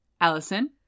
Allison